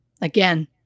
Again